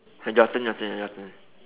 your turn your turn your turn